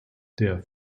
der